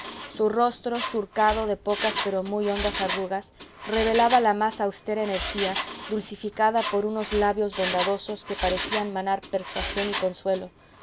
su rostro surcado de pocas pero muy hondas arrugas revelaba la más austera energía dulcificada por unos labios bondadosos que parecían manar persuasión y consuelo